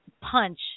punch